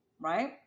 right